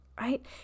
right